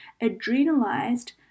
adrenalized